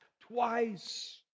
twice